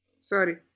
Sorry